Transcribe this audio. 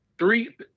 Three